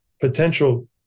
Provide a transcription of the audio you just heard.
potential